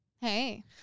Hey